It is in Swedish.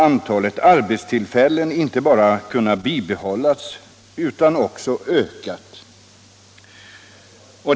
Antalet arbetstillfällen har inte bara bibehållits utan också kunnat öka.